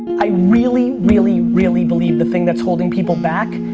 i really, really, really believe the thing that's holding people back,